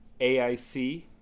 AIC